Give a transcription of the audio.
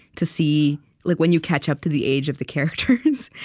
to see like when you catch up to the age of the characters.